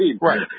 Right